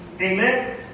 Amen